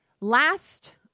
last